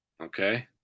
okay